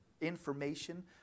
information